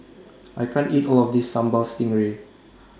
I can't eat All of This Sambal Stingray